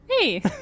Hey